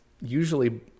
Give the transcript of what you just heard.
usually